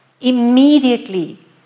Immediately